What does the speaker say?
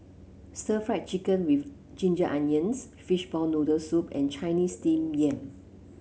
Stir Fried Chicken with Ginger Onions Fishball Noodle Soup and Chinese Steamed Yam